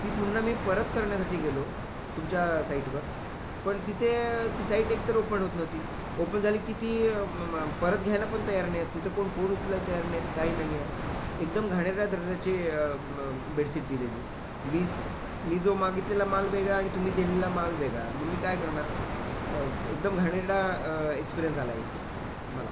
ती पुन्हा मी परत करण्यासाठी गेलो तुमच्या साईटवर पण तिथे ती साईट एकतर ओपन होत नव्हती ओपन झाली की ती परत घ्यायला पण तयार नाही आहेत तिथं कोण फोन उचलायला तयार नाही आहेत काय नाही आहे एकदम घाणेरड्या दर्जाचे बेडसीट दिलेली मी मी जो मागितलेला माल वेगळा आणि तुम्ही दिलेला माल वेगळा मग मी काय करणार एकदम घाणेरडा एक्सपीरीयन्स आला आहे हा मला